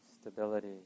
stability